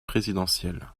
présidentiel